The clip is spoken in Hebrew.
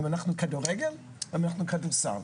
אם אנחנו כדורגל או אם אנחנו כדורסל?